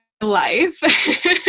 life